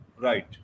Right